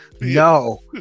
no